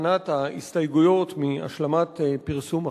להכנת ההסתייגויות מהשלמת פרסום החוק.